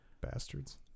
bastards